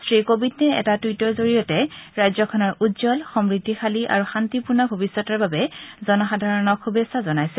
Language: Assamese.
শ্ৰী কোবিন্দে এটা টুইটৰ জৰিয়তে ৰাজ্যখনৰ উজ্জ্বল সমৃদ্ধিশালী আৰু শান্তিপূৰ্ণ ভবিষ্যতৰ বাবে জনসাধাৰণক শুভেচ্ছা জনাইছে